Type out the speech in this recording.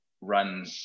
run